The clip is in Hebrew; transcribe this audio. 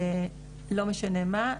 לא משנה מה,